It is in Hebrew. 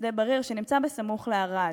שבשדה-בריר שסמוך לערד?